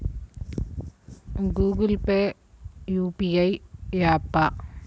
Google Pay UPI య్యాపా?